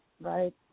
right